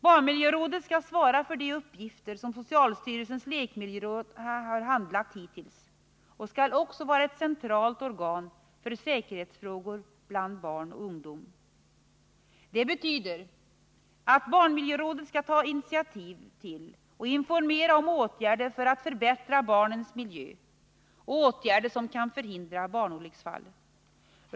Barnmiljörådet skall svara för de uppgifter som socialstyrelsens lekmiljöråd hittills handlagt och skall också vara ett centralt organ för säkerhetsfrågor bland barn och ungdom. Det betyder att barnmiljörådet skall ta initiativ till och informera om åtgärder för att förbättra barnens miljö och åtgärder som kan förhindra barnolycksfall.